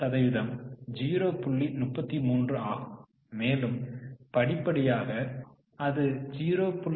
33 ஆகும் மேலும் படிப்படியாக அது 0